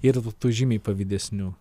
yra tų žymiai pavydesnių